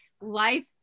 life